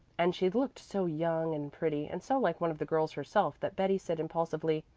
and she looked so young and pretty and so like one of the girls herself that betty said impulsively,